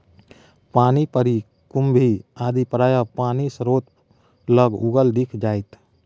पानिपरी कुकुम्भी आदि प्रायः पानिस्रोत लग उगल दिख जाएत